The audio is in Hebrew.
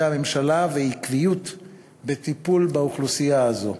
הממשלה ועקביות בטיפול באוכלוסייה הזאת.